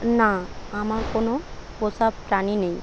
না আমার কোনও পোষা প্রাণী নেই